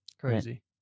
Crazy